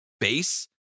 base